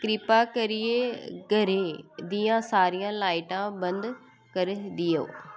किरपा करियै घरै दियां सारियां लाइटां बंद करी देओ